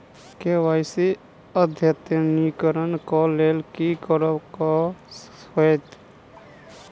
KYC अद्यतनीकरण कऽ लेल की करऽ कऽ हेतइ?